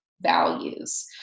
values